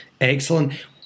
Excellent